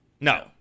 No